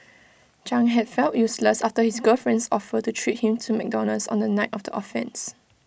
chang had felt useless after his girlfriend's offer to treat him to McDonald's on the night of the offences